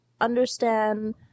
understand